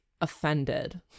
offended